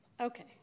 okay